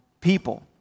people